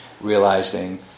realizing